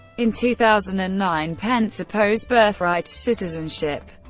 in two thousand and nine, pence opposed birthright citizenship.